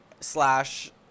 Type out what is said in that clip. slash